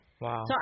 wow